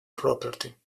property